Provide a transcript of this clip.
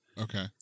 Okay